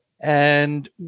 and-